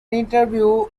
interview